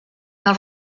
els